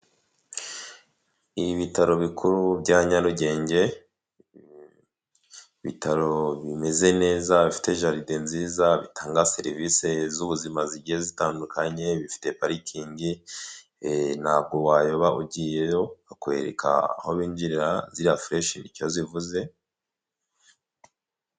Ibi bitaro bikuru bya nyarugenge ibitaro bimeze neza bifite jaride nziza bitanga serivisi z'ubuzima zigiye zitandukanye bifite parikingi ntabwo wayoba ugiyeyo akwereka aho binjirira ziriya fureshi icyo zivuze.